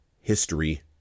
history